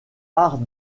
art